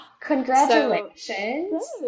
congratulations